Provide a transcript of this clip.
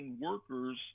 workers